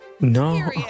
No